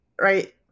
right